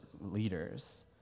leaders